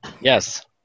yes